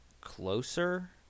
closer